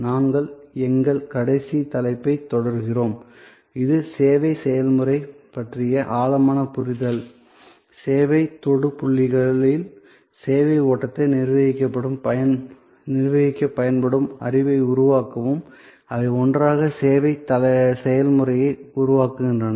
நாங்கள் எங்கள் கடைசி தலைப்பைத் தொடர்கிறோம் இது சேவை செயல்முறையைப் பற்றிய ஆழமான புரிதல் சேவை தொடு புள்ளிகளில் சேவை ஓட்டத்தை நிர்வகிக்கப் பயன்படும் அறிவை உருவாக்கவும் அவை ஒன்றாக சேவை செயல்முறையை உருவாக்குகின்றன